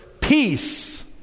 peace